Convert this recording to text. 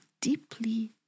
deeply